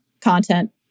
content